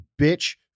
bitch